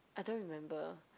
I don't remember